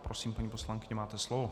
Prosím, paní poslankyně, máte slovo.